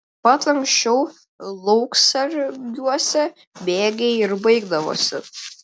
mat anksčiau lauksargiuose bėgiai ir baigdavosi